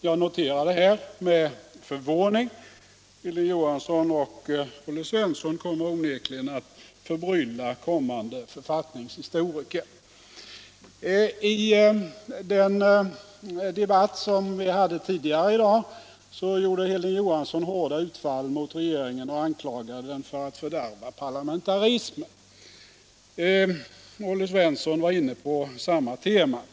Jag noterar detta med förvåning. Hilding Johansson och Olle Svensson kommer onekligen att förbrylla framtida författningshistoriker. I den debatt som vi hade tidigare i dag gjorde Hilding Johansson hårda utfall mot regeringen och anklagade den för att fördärva parlamentarismen. Olle Svensson var inne på samma tema.